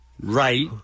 Right